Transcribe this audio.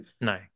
no